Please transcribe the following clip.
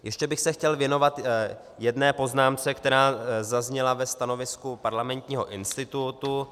Ještě bych se chtěl věnovat jedné poznámce, která zazněla ve stanovisku Parlamentního institutu.